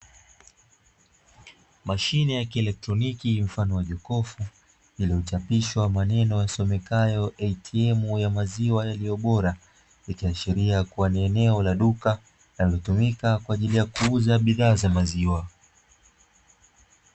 Mashine ya kielekroniki mfano wa jokofu, iliyochapishwa maneno yasomekayo "ATM ya maziwa yaliyo bora" ikiashiria kuwa ni eneo la duka, linalotumika kwa ajili ya kuuza bidhaa za maziwa.